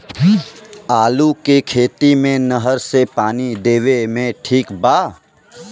आलू के खेती मे नहर से पानी देवे मे ठीक बा?